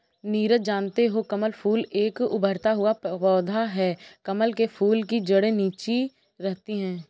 नीरज जानते हो कमल फूल एक उभरता हुआ पौधा है कमल के फूल की जड़े नीचे रहती है